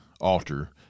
altar